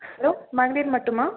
hello மகளிர் மட்டுமா